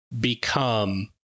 become